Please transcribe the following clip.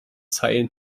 zeilen